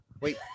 Wait